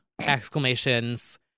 exclamations